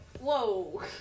Whoa